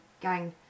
gang